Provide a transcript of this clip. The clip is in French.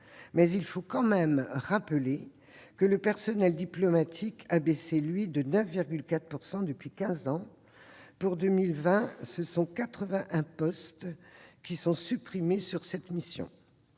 Mais il faut quand même rappeler que le personnel diplomatique a baissé de 9,4 % depuis quinze ans. Pour 2020, ce sont 81 postes qui sont supprimés sur la mission.